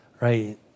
right